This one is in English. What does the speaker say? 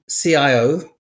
CIO